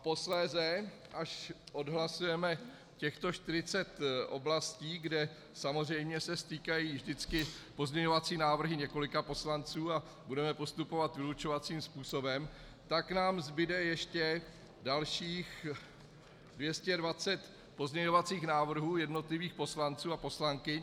Posléze, až odhlasujeme těchto 40 oblastí, kde se samozřejmě stýkají vždy pozměňovací návrhy několika poslanců a budeme postupovat vylučovacím způsobem tak nám zbude ještě dalších 220 pozměňovacích návrhů jednotlivých poslanců a poslankyň.